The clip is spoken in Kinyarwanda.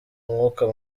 mwuka